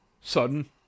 sudden